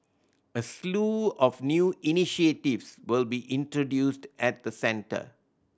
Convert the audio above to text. a slew of new initiatives will be introduced at the centre